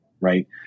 right